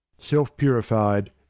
Self-purified